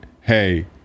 hey